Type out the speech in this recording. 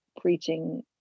preaching